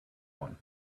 one